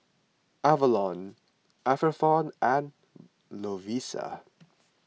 Avalon Atherton and Lovisa